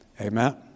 Amen